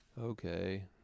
okay